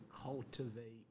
cultivate